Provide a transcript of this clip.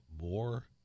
more